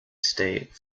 state